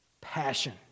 Passion